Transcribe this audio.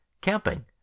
camping